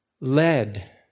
led